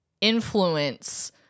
influence